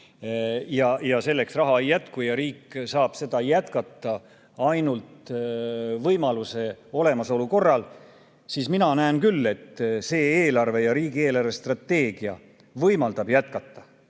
Selleks raha ei jätku ja riik saab seda toetust jätkata ainult võimaluse olemasolu korral. Mina näen küll, et see eelarve ja riigi eelarvestrateegia võimaldab seda jätkata,